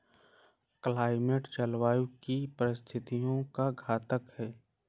climate जलवायु की परिस्थितियों का द्योतक है